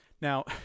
now